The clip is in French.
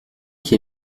qui